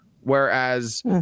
Whereas